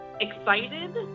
excited